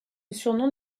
surnom